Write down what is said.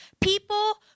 people